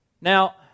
Now